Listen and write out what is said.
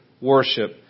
worship